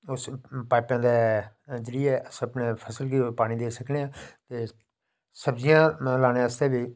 जेह्का पढ़ाना ते ओह् हिंदी च गल्लबात करदे बच्चा जेह्का घर डोगरी बोलदा उत्थै उसी लेवल अपना